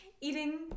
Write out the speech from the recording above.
eating